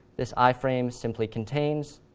this iframe simply contains